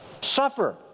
suffer